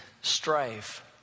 strife